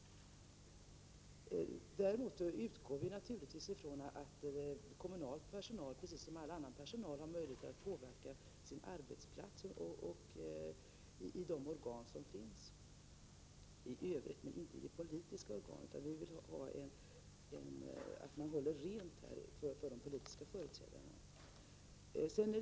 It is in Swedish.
Däremot utgår vi naturligtvis från att kommunalt anställd personal, precis som all annan personal, har möjlighet att påverka sin arbetsplats genom de organ som finns i övrigt, men inte politiska organ. Vi vill alltså att man håller rent från de politiska företrädarna.